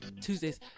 Tuesdays